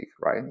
right